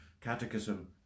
Catechism